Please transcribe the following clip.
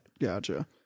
Gotcha